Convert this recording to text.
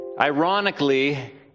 ironically